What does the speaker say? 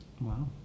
Wow